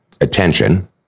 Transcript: attention